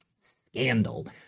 scandal